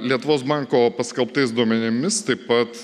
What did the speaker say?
lietuvos banko paskelbtais duomenimis taip pat